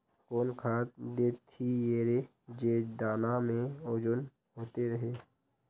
कौन खाद देथियेरे जे दाना में ओजन होते रेह?